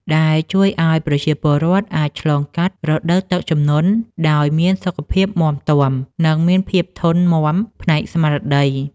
ដែលជួយឱ្យប្រជាពលរដ្ឋអាចឆ្លងកាត់រដូវទឹកជំនន់ដោយមានសុខភាពមាំទាំ និងមានភាពធន់មាំផ្នែកស្មារតី។